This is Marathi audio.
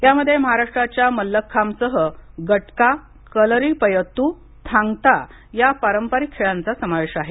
यामध्ये महाराष्ट्राच्या मल्लखांबसह गटका कलरीपयत्तू थांग ता या पारंपरिक खेळांचा समावेश आहे